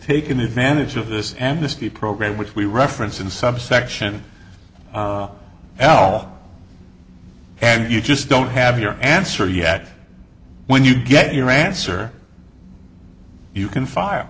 taken advantage of this amnesty program which we reference in subsection l and you just don't have your answer yet when you get your answer you can fire